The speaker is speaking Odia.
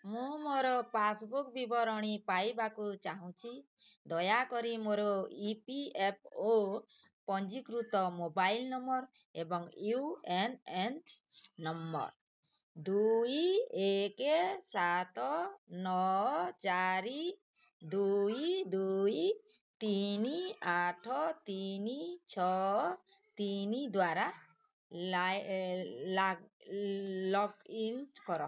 ମୁଁ ମୋର ପାସ୍ବୁକ୍ ବିବରଣୀ ପାଇବାକୁ ଚାହୁଁଛି ଦୟାକରି ମୋର ଇ ପି ଏଫ୍ ଓ ପଞ୍ଜୀକୃତ ମୋବାଇଲ୍ ନମ୍ବର ଏବଂ ୟୁ ଏ ଏନ୍ ନମ୍ବର ଦୁଇ ଏକ ସାତ ନଅ ଚାରି ଦୁଇ ଦୁଇ ତିନି ଆଠ ତିନି ଛଅ ତିନି ଦ୍ଵାରା ଲଗ୍ଇନ୍ କର